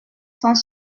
cent